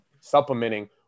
supplementing